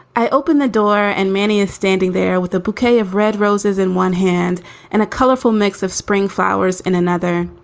i open the door and manny is standing there with a bouquet of red roses in one hand and a colorful mix of spring flowers and another.